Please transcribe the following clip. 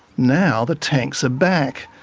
now the tanks are back,